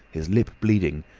his lip bleeding,